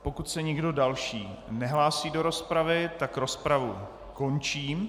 Pokud se nikdo další nehlásí do rozpravy, rozpravu končím.